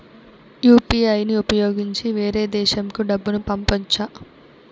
UPI ని ఉపయోగించి వేరే దేశంకు డబ్బును పంపొచ్చా?